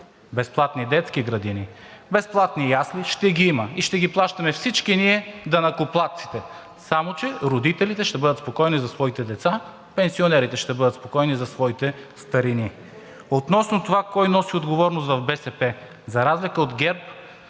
безплатни детски градини, безплатни ясли, ще ги има и ще ги плащаме всички ние – данъкоплатците, само че родителите ще бъдат спокойни за своите деца, пенсионерите ще бъдат спокойни за своите старини. Относно това кой носи отговорност в БСП. За разлика от ГЕРБ,